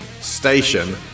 station